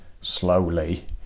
slowly